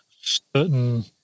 certain